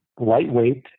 lightweight